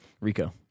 Rico